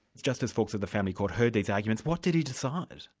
justice faulks of the family court heard these arguments what did he decide?